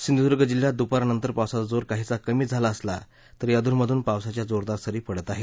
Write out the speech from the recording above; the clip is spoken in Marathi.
सिंधुदुर्ग जिल्ह्यात दुपारनंतर पावसाचा जोर काहीसा कमी झाला असला तरी अधूनमधून पावसाच्या जोरदार सरी पडत आहेत